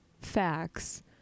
facts